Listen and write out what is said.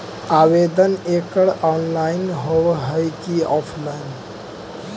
आवेदन एकड़ ऑनलाइन होव हइ की ऑफलाइन?